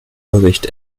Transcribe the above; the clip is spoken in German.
bericht